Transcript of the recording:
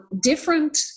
different